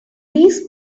these